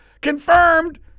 confirmed